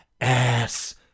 ass